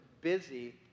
busy